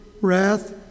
wrath